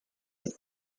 date